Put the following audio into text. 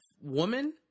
woman